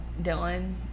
Dylan